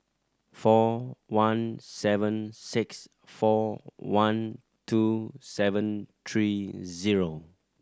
four one seven six four one two seven three zero